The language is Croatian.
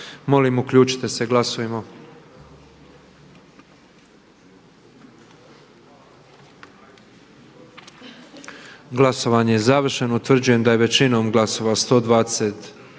Molim uključite se i glasujmo. Glasovanje je završeno. Utvrđujem da je većinom glasova 78